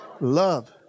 Love